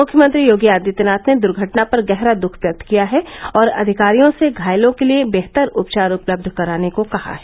मुख्यमंत्री योगी आदित्यनाथ ने दुर्घटना पर गहरा दुख व्यक्त किया है और अधिकारियों से घायलों के लिए बेहतर उपचार उपलब्ध कराने को कहा है